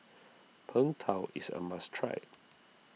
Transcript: Png Tao is a must try